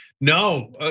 No